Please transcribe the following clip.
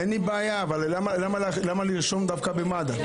אין לי בעיה, אבל למה לרשום דווקא במד"א?